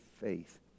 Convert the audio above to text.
faith